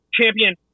Champion